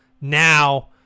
Now